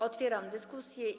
Otwieram dyskusję.